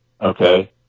Okay